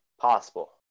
possible